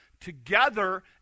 together